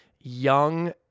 young